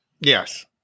Yes